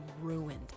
ruined